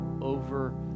over